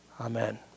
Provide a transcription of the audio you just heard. Amen